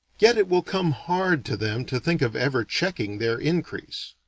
yet it will come hard to them to think of ever checking their increase.